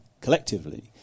collectively